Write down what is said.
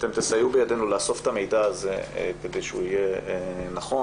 אתם תסייעו בידנו לאסוף את המידע הזה כדי שהוא יהיה נכון.